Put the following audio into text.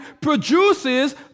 produces